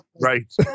Right